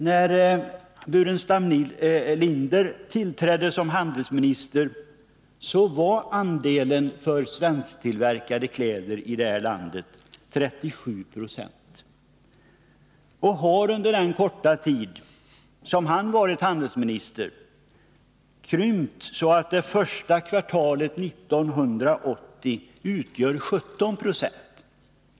När Staffan Burenstam Linder tillträdde som handelsminister var andelen svensktillverkade kläder i landet 37 26, men den har under den korta tid han varit handelsminister krympt så mycket att den det första kvartalet 1980 utgör bara 17 90.